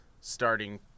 starting